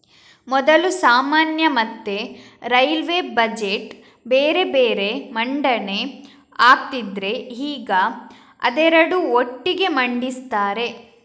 ಮೊದಲು ಸಾಮಾನ್ಯ ಮತ್ತೆ ರೈಲ್ವೇ ಬಜೆಟ್ ಬೇರೆ ಬೇರೆ ಮಂಡನೆ ಆಗ್ತಿದ್ರೆ ಈಗ ಅದೆರಡು ಒಟ್ಟಿಗೆ ಮಂಡಿಸ್ತಾರೆ